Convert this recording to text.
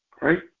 right